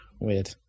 weird